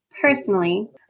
Personally